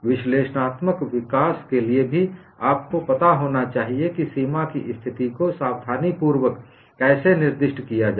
विश्लेषणात्मक विकास के लिए भी आपको पता होना चाहिए कि सीमा की स्थिति को सावधानीपूर्वक कैसे निर्दिष्ट किया जाए